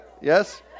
Yes